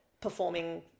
performing